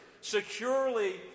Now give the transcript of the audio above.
securely